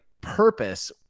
purpose